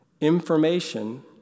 information